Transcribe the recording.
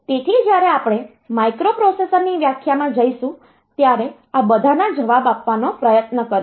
તેથી જ્યારે આપણે માઇક્રોપ્રોસેસરની વ્યાખ્યામાં જઈશું ત્યારે આ બધાના જવાબ આપવાનો પ્રયત્ન કરીશું